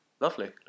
Lovely